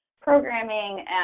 programming